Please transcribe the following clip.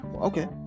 Okay